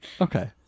okay